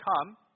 come